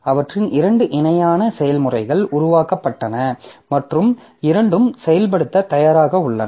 அவற்றின் இரண்டு இணையான செயல்முறைகள் உருவாக்கப்பட்டன மற்றும் இரண்டும் செயல்படுத்த தயாராக உள்ளன